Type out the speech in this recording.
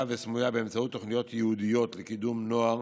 וסמויה באמצעות תוכניות ייעודיות לקידום נוער